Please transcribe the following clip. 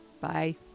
Bye